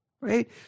Right